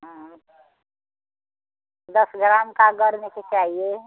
हाँ दस ग्राम का गले में के चाहिए